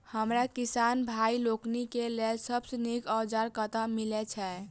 हमरा किसान भाई लोकनि केँ लेल सबसँ नीक औजार कतह मिलै छै?